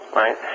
right